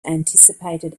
anticipated